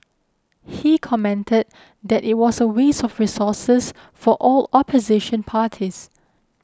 he commented that it was a waste of resources for all opposition parties